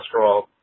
cholesterol